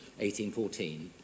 1814